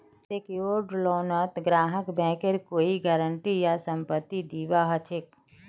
secured लोनत ग्राहकक बैंकेर कोई गारंटी या संपत्ति दीबा ह छेक